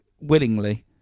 willingly